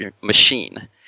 machine